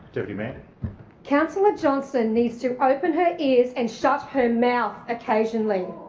deputy mayor councillor johnston, needs to open her ears and shut her mouth occasionally.